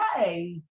okay